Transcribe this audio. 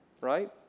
right